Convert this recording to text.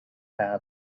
have